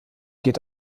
geht